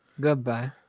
goodbye